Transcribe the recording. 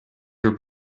your